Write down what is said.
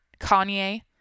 Kanye